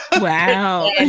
Wow